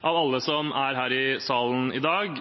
Av alle som er her i salen i dag,